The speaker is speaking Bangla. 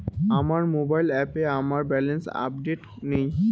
আমার মোবাইল অ্যাপে আমার ব্যালেন্স আপডেটেড নেই